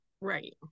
Right